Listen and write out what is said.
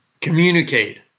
communicate